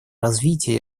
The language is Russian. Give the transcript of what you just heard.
развития